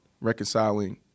reconciling